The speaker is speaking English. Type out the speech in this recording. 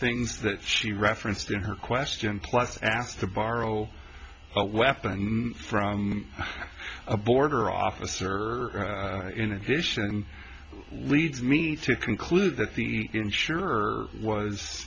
things that she referenced in her question plus asked to borrow a weapon from a border officer in addition leads me to conclude that the insured was